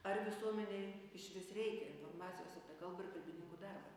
ar visuomenei išvis reikia informacijos apie kalbą ir kalbininkų darbą